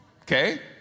Okay